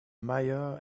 mayor